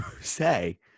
say